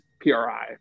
PRI